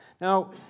Now